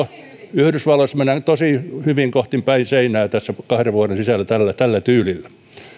yhdysvalloissa mennään tosi hyvin päin seinää tässä kahden vuoden sisällä tällä tällä tyylillä